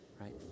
right